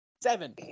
seven